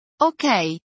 Okay